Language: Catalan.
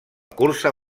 cursa